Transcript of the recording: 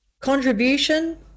contribution